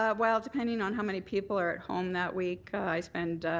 ah well, depending on how many people are at home that week, i spend